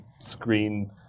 screen